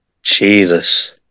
Jesus